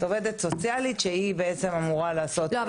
עובדת סוציאלית שאמורה לעשות --- לא,